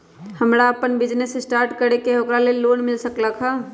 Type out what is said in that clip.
हमरा अपन business start करे के है ओकरा लेल लोन मिल सकलक ह?